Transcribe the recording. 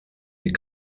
die